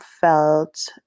felt